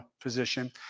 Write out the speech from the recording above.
position